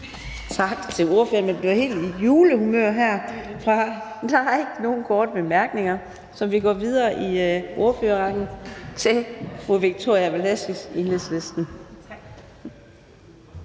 Tak til ordføreren. Man kommer helt i julehumør her. Der er ikke nogen korte bemærkninger, så vi går videre i ordførerrækken til fru Victoria Velasquez, Enhedslisten.